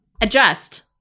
adjust